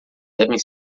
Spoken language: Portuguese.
devem